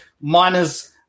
miners